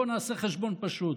בואו נעשה חשבון פשוט: